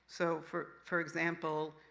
so, for for example,